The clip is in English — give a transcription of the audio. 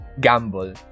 gamble